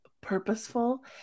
purposeful